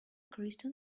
kristen